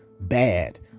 Bad